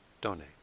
donate